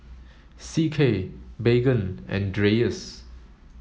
C K Baygon and Dreyers